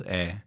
af